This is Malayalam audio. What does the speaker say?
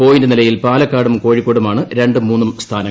പോയിന്റ് നിലയിൽ പാലക്കാടും കോഴിക്കോടുമാണ് രണ്ടും മൂന്നും സ്ഥാനങ്ങളിൽ